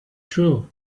true